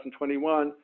2021